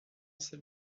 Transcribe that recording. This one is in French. celle